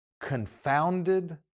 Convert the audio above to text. confounded